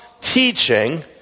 teaching